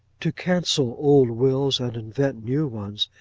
to cancel old wills, and invent new ones,